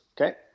okay